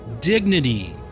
dignity